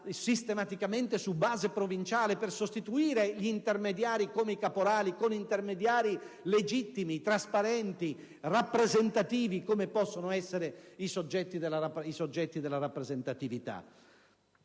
sistematicamente su base provinciale per sostituire i caporali con intermediari legittimi, trasparenti, rappresentativi, come possono essere i soggetti della rappresentatività.